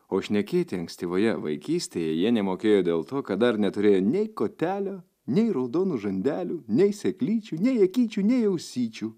o šnekėti ankstyvoje vaikystėje jie nemokėjo dėl to kad dar neturėjo nei kotelio nei raudonų žandelių nei sėklyčių nei akyčių nei ausyčių